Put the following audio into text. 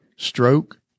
stroke